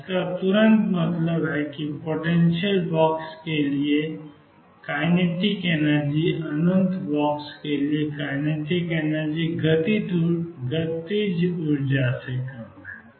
और इसका तुरंत मतलब है कि पोटेंशियल बॉक्स के लिए Ekinetic अनंत बॉक्स के लिए Ekinetic गतिज ऊर्जा से कम है